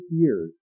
years